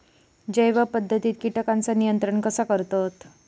जैव पध्दतीत किटकांचा नियंत्रण कसा करतत?